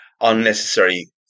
unnecessary